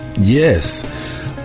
Yes